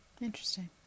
Interesting